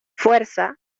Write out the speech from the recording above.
fuerza